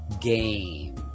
Game